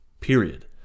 period